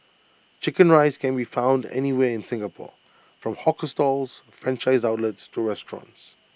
Chicken Rice can be found anywhere in Singapore from hawker stalls franchised outlets to restaurants